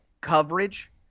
coverage –